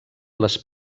les